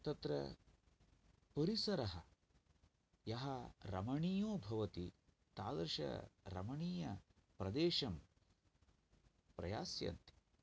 तत्र परिसरः यः रमणीयो भवति तादृशरमणीयप्रदेशं प्रयास्यन्ति